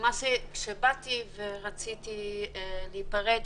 שבאתי ורציתי להיפרד.